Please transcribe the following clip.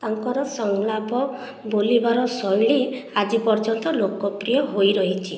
ତାଙ୍କର ସଂଳାପ ବୋଲିବାର ଶୈଳୀ ଆଜି ପର୍ଯ୍ୟନ୍ତ ଲୋକପ୍ରିୟ ହୋଇ ରହିଛି